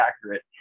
accurate